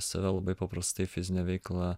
save labai paprastai fizine veikla